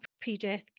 pre-death